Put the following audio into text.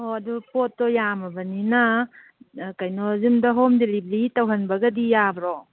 ꯍꯣ ꯑꯗꯨ ꯄꯣꯠꯇꯨ ꯌꯥꯝꯂꯕꯅꯤꯅ ꯀꯩꯅꯣ ꯌꯨꯝꯗ ꯍꯣꯝ ꯗꯤꯂꯤꯕ꯭ꯔꯤ ꯇꯧꯍꯟꯕꯒꯗꯤ ꯌꯥꯕ꯭ꯔꯣ